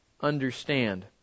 understand